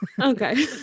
okay